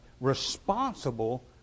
responsible